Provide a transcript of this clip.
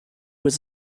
was